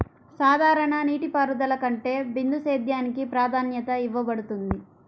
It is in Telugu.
సాధారణ నీటిపారుదల కంటే బిందు సేద్యానికి ప్రాధాన్యత ఇవ్వబడుతుంది